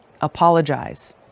Apologize